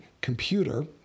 computer